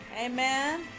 Amen